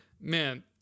man